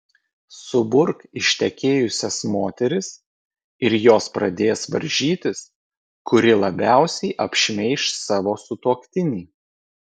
suburk ištekėjusias moteris ir jos pradės varžytis kuri labiausiai apšmeiš savo sutuoktinį